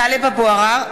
(קוראת בשמות חברי הכנסת) טלב אבו עראר,